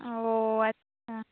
ও আচ্ছা